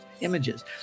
images